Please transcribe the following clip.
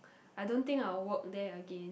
I don't think I will work there again